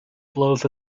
blows